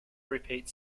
repeat